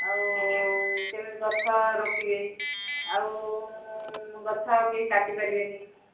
ଆଉ କେମିତି ଗଛ ରୋକିବେ ଆଉ ଗଛ ଆଉ କେହି କାଟି ପାରିବେନି